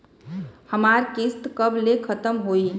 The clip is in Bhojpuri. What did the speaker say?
हमार किस्त कब ले खतम होई?